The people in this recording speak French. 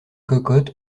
cocotte